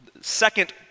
second